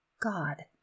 God